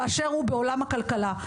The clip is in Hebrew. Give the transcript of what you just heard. באשר הוא בעולם הכלכלה.